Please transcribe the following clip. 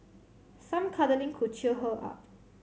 some cuddling could cheer her up